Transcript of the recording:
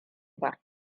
ba